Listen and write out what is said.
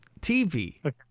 TV